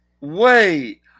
Wait